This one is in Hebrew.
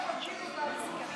תלכו לבתי אבלים לראות מה קורה.